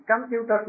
computers